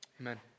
Amen